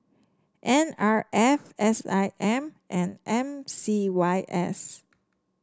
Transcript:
N R F S I M and M C Y S